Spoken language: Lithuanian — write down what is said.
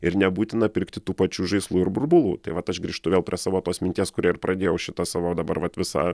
ir nebūtina pirkti tų pačių žaislų ir burbulų tai vat aš grįžtu vėl prie savo tos minties kuria ir pradėjau šitą savo dabar vat visą